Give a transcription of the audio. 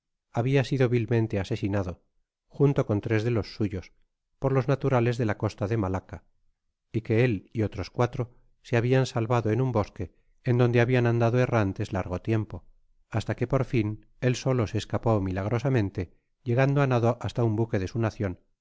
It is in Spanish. habia sido vilmente asesinado junto con tres de los suyos por los naturales de la costa de malaca y que él y otros cuatro se habian salvado en un bosque en donde habian andado errantes largo tiempo hasta que por fin él solo se escapó milagrosamente llegando á nado hasta un buque de su nacion